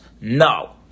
no